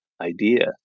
idea